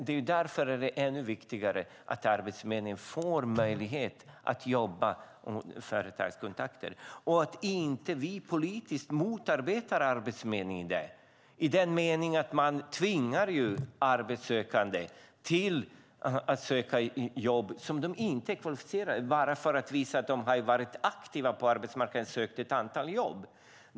Det är därför ännu viktigare att Arbetsförmedlingen får möjlighet att jobba med företagskontakter och att vi inte motarbetar Arbetsförmedlingen politiskt genom att tvinga arbetssökande att söka jobb som de inte är kvalificerade för bara för att de ska visa att de varit aktiva på arbetsmarknaden och sökt ett antal jobb.